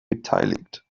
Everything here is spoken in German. beteiligt